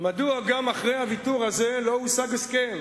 מדוע גם אחרי הוויתור הזה לא הושג הסכם.